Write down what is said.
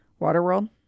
Waterworld